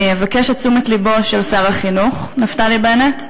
אני אבקש את תשומת לבו של שר החינוך נפתלי בנט.